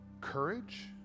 courage